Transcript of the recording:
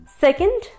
Second